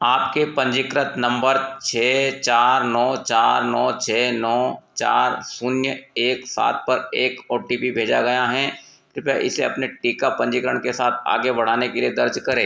आपके पंजीकृत नंबर छः चार नौ चार नौ छः नौ चार शून्य एक सात पर एक ओ टी पी भेजा गया हैं कृपया इसे अपने टीका पंजीकरण के साथ आगे बढ़ाने के लिए दर्ज करें